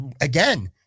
Again